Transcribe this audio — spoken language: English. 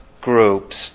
groups